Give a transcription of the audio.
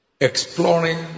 exploring